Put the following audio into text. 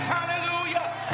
Hallelujah